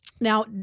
Now